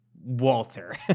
Walter